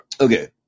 Okay